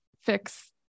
fix